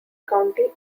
county